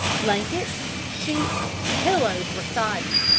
blankets, sheets, pillows were soddened,